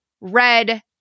Red